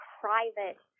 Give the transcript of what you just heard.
private